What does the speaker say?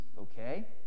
Okay